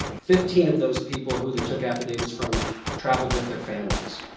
fifteen of those people who they took affidavits from traveled with their families.